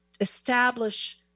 establish